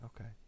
Okay